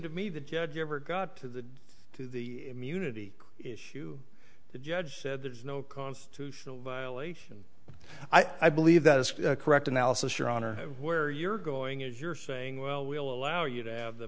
to me the judge ever got to the to the immunity issue the judge said there's no constitutional violation i believe that is correct analysis your honor where you're going if you're saying well we'll allow you to have the